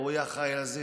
ההוא יהיה אחראי לזה,